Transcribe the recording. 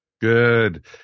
Good